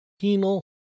penal